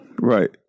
Right